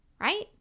right